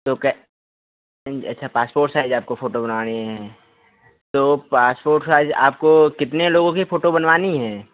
तो कै अच्छा पासपोर्ट साइज आपको फोटो बनवानी है तो पासपोर्ट साइज आपको कितने लोगों कि फोटो बनवानी है